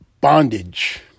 bondage